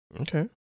Okay